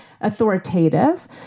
authoritative